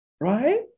Right